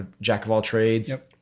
jack-of-all-trades